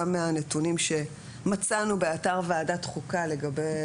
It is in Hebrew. גם מהנתונים שמצאנו באתר ועדת חוקה לגבי